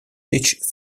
teaches